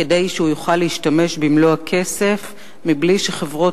כדי שהוא יוכל להשתמש במלוא הכסף מבלי שחברות